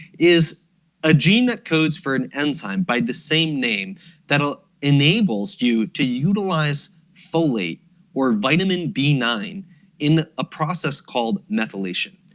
is a gene that codes for an enzyme by the same name that enables you to utilize folate or vitamin b nine in a process called methylation.